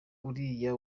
uriya